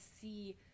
see